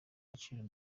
agaciro